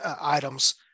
items